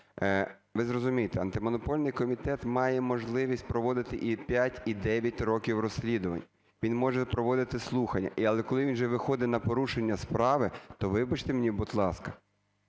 Ви зрозумійте, Антимонопольний комітет має можливість проводити і 5, і 9 років розслідування, він може проводити слухання, але коли він вже виходить на порушення справи, то вибачте мені, будь ласка,